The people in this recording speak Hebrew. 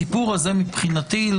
מבחינתי,